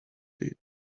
did